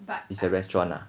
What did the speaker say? it's a restaurant ah